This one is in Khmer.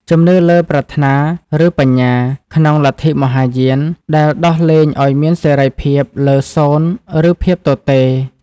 ជំនឿលើប្រាថ្នាឬបញ្ញា ក្នុងលទ្ធិមហាយាន ដែលដោះលែងឱ្យមានសេរីភាពលើសូន្យឬភាពទទេ។